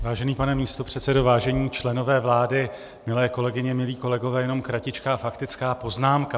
Vážený pane místopředsedo, vážení členové vlády, milé kolegyně, milí kolegové, jenom kratičká faktická poznámka.